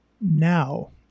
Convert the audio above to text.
now